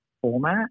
format